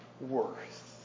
worth